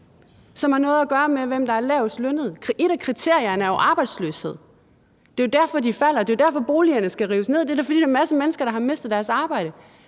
som har noget at gøre med, hvem der er lavest lønnede. Et af kriterierne er jo arbejdsløshed. Det er jo derfor, at de falder. Det er derfor, at boligerne skal rives ned. Det er da, fordi der er en masse mennesker, der har mistet deres arbejde,